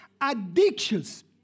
addictions